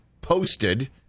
posted